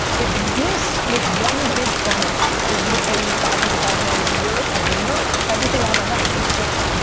if this was one big funnel for you to pay me five hundred thousand dollars dollars a year at vayner? everything out of my mouth would be different.